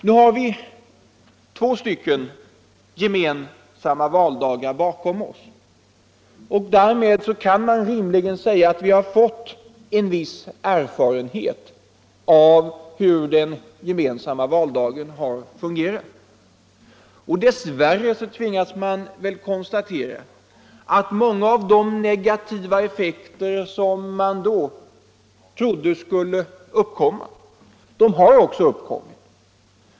Nu har vi två gemensamma valdagar bakom oss, och därmed har vi rimligen fått en viss erfarenhet av hur den gemensamma valdagen har fungerat. Dess värre tvingas man då konstatera att många av de negativa effekterna har inträffat.